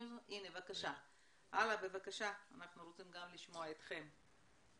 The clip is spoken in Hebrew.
בבקשה, אלה, אנחנו רוצים לשמוע גם אתכם.